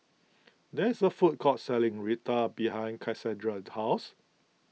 there is a food court selling Raita behind Casandra's house